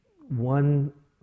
one